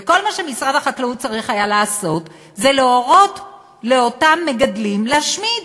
וכל מה שמשרד החקלאות צריך היה לעשות זה להורות לאותם מגדלים להשמיד.